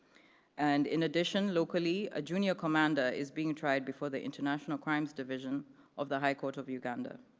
and in addition locally, a junior commander is being tried before the international crimes division of the high court of uganda.